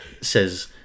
Says